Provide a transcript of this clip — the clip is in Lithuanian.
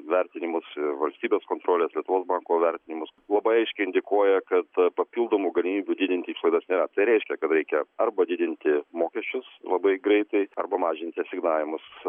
vertinimus ir valstybės kontrolės lietuvos banko vertinimus labai aiškiai indikuoja kad papildomų galimybių didinti išlaidas nėra tai reiškia kad reikia arba didinti mokesčius labai greitai arba mažinti asignavimus